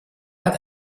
hat